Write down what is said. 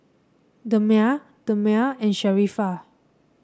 Damia Damia and Sharifah